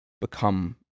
become